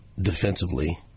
defensively